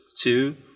Two